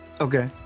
Okay